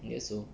I guess so